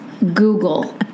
Google